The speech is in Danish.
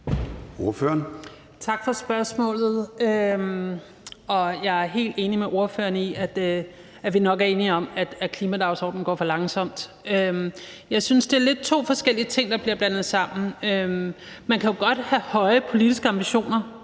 Tak for spørgsmålet. Jeg er helt enig med ordføreren i, at vi nok er enige om, at det går for langsomt med at løfte klimadagsordenen. Jeg synes lidt, det er to forskellige ting, der bliver blandet sammen. Man kan jo godt have høje politiske ambitioner